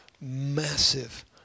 massive